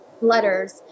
letters